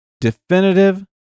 definitive